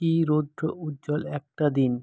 কি রৌদ্র উজ্জ্বল একটা দিন